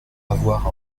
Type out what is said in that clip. avoir